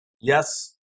yes